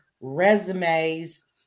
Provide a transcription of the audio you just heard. resumes